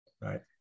Right